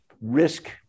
risk